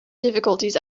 difficulties